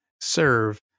serve